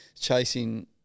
chasing